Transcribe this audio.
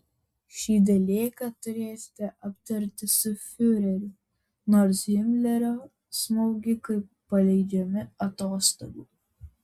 šį dalyką turėsite aptarti su fiureriu nors himlerio smogikai paleidžiami atostogų